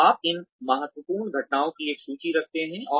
तो आप इन महत्वपूर्ण घटनाओं की एक सूची रखते हैं